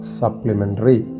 supplementary